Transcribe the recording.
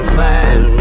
man